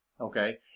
Okay